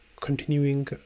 continuing